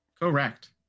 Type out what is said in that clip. Correct